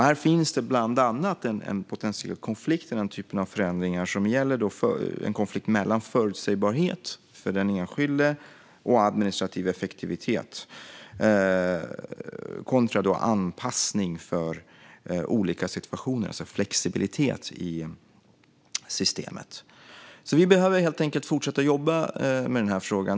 Här finns bland annat en potentiell konflikt mellan förutsägbarhet för den enskilde och administrativ effektivitet å ena sidan och anpassning för olika situationer, det vill säga flexibilitet i systemet, å andra sidan. Vi behöver alltså fortsätta jobba med denna fråga.